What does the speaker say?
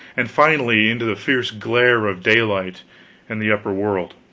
and finally into the fierce glare of daylight and the upper world.